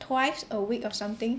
twice a week or something